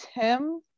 Tim